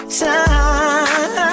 time